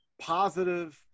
positive